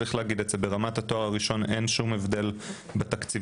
ברמת התואר הראשון אין שום הבדל בתקציבים